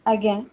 ଆଜ୍ଞା